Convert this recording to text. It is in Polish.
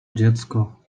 dziecko